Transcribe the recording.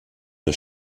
der